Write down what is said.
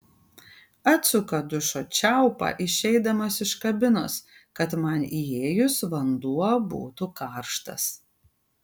atsuka dušo čiaupą išeidamas iš kabinos kad man įėjus vanduo būtų karštas